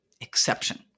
exception